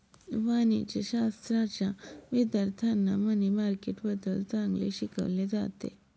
वाणिज्यशाश्राच्या विद्यार्थ्यांना मनी मार्केटबद्दल चांगले शिकवले जाते